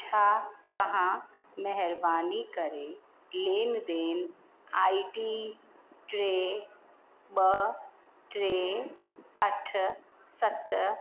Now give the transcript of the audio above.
छा तव्हां महिरबानी करे लेनदेन आईडी टे ॿ टे अठ सत